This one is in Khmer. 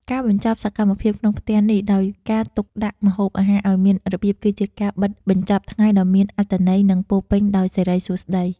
ការបញ្ចប់សកម្មភាពក្នុងថ្ងៃនេះដោយការទុកដាក់ម្ហូបអាហារឱ្យមានរបៀប គឺជាការបិទបញ្ចប់ថ្ងៃដ៏មានអត្ថន័យ និងពោពេញដោយសិរីសួស្តី។